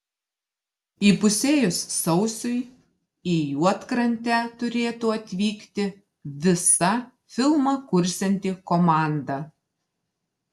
įpusėjus sausiui į juodkrantę turėtų atvykti visa filmą kursianti komanda